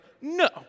no